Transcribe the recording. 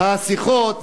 השיחות,